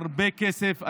הרבה כסף.